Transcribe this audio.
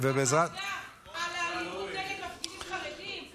אני לא עשיתי דיונים אצלי בוועדה על האלימות נגד מפגינים חרדים?